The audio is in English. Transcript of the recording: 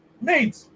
Mate